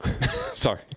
sorry